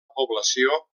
població